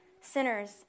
sinners